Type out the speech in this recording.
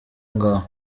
ngaho